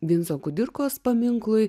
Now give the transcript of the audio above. vinco kudirkos paminklui